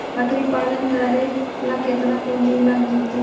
बकरी पालन करे ल केतना पुंजी लग जितै?